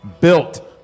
Built